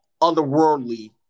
otherworldly